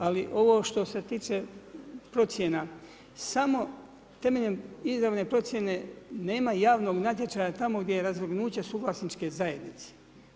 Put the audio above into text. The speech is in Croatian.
Ali ovo što se tiče procjena, samo temeljem izravne procjene nema javnog natječaja tamo gdje je razvrgnuće suvlasničke zajednice.